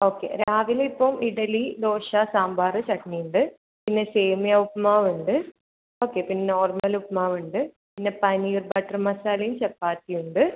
okay രാവിലെ ഇപ്പം ഇഡ്ഡലി ദോശ സാമ്പാർ ചട്നി ഉണ്ട് പിന്നെ സേമിയ ഉപ്പ്മാവ് ഉണ്ട് ഓക്കെ പിന്നെ നോർമൽ ഉപ്പ്മാവ് ഉണ്ട് പിന്നെ പനീർ ബട്ടർ മസാലയും ചപ്പാത്തിയും ഉണ്ട്